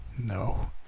No